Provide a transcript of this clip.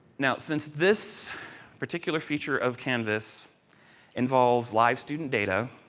now, since this particular feature of canvas involves live student data,